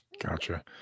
Gotcha